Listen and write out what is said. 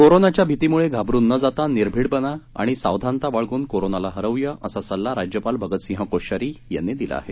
कोरोनाच्या भीतीमुळे घाबरून न जाता निर्भीड बना आणि सावधानता बाळगून कोरोनाला हरवूया असा सल्ला राज्यपाल भगतसिंह कोश्यारी यांनी दिला आहे